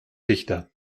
dichter